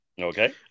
Okay